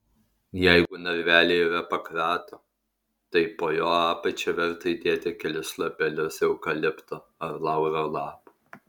jeigu narvelyje yra pakrato tai po jo apačia verta įdėti kelis lapelius eukalipto ar lauro lapų